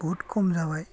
बहुथ खम जाबाय